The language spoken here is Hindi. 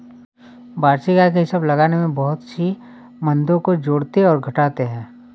वार्षिक आय का हिसाब लगाने में बहुत सी मदों को जोड़ते और घटाते है